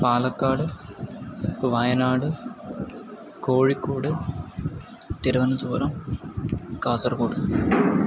Palakkad Wayanad Kozhikode Thiruvananthapuram Kasaragod